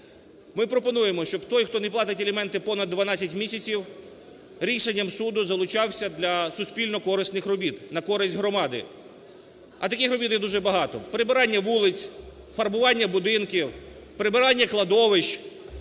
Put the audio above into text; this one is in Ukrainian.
Ми пропонуємо, щоб той, хто не платить аліменти понад 12 місяців, рішенням суду, залучався для суспільно корисних робіт на користь громади, а таких робіт є дуже багато: прибирання вулиць, фарбування будинків, прибирання кладовищ.